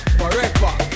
forever